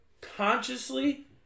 consciously